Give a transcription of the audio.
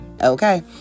okay